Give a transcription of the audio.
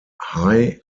hai